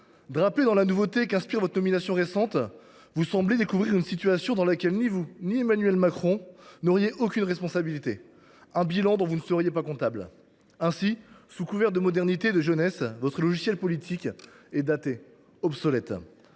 Drapé dans la nouveauté qu’inspire votre nomination récente, vous semblez découvrir une situation dont ni vous ni Emmanuel Macron ne seriez aucunement responsables, un bilan dont vous ne seriez pas comptables. Ainsi, sous couvert de modernité et de jeunesse, votre logiciel politique est daté et obsolète.